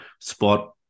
spot